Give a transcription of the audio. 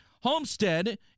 Homestead